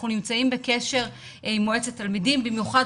אנחנו נמצאים בקשר עם מועצת התלמידים במיוחד